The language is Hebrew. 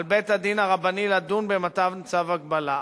על בית-הדין הרבני לדון במתן צו הגבלה,